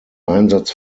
einsatz